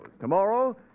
Tomorrow